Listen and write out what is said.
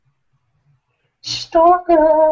Stalker